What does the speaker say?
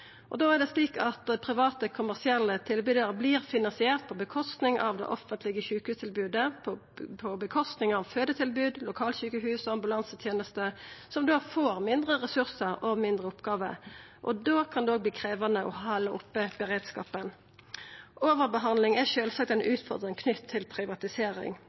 er det slik at private kommersielle tilbydarar vert finanserte på kostnad av det offentlege sjukehustilbodet, på kostnad av fødetilbod, lokalsjukehus og ambulanseteneste, som da får mindre resursar og færre oppgåver. Da kan det òg verta krevjande å halda oppe beredskapen. Overbehandling er sjølvsagt ei utfordring knytt til privatisering.